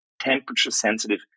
temperature-sensitive